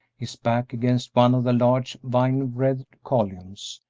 his back against one of the large, vine-wreathed columns,